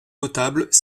notables